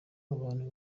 abantu